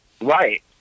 Right